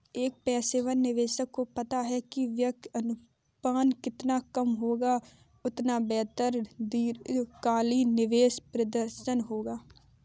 एक पेशेवर निवेशक को पता है कि व्यय अनुपात जितना कम होगा, उतना बेहतर दीर्घकालिक निवेश प्रदर्शन होगा